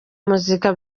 muzika